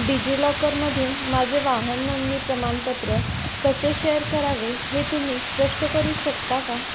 डिजिलॉकरमधून माझे वाहन नोंदणी प्रमाणपत्र कसे शेअर करावे हे तुम्ही स्पष्ट करू शकता का